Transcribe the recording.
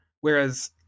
Whereas